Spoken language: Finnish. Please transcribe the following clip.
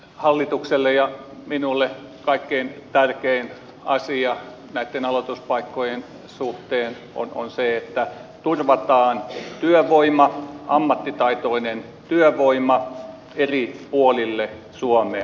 hallitukselle ja minulle kaikkein tärkein asia näitten aloituspaikkojen suhteen on se että turvataan työvoima ammattitaitoinen työvoima eri puolille suomea